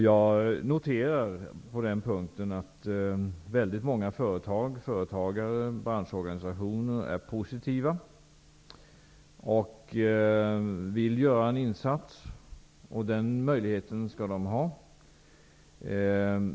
Jag noterar på den punkten att många företag och branschorganisationer är positiva och vill göra en insats, och den möjligheten skall de ha.